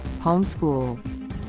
Homeschool